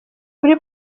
kuri